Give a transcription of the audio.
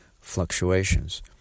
fluctuations